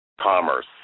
commerce